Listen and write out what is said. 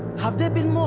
have they been